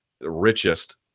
richest